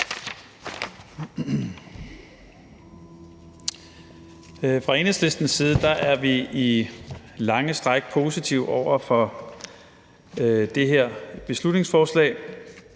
Fra Enhedslistens side er vi i lange stræk positive over for det her beslutningsforslag.